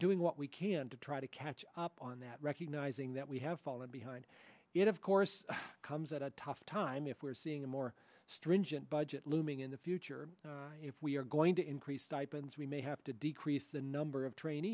doing what we can to try to catch up on that recognising that we have fallen behind it of course comes at a tough time if we're seeing a more stringent budget looming in the future if we are going to increase stipends we may have to decrease the number of train